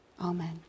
Amen